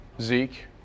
Zeke